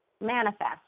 manifest